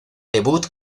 debut